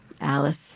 alice